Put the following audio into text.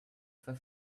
for